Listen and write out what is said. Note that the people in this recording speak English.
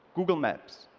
google maps,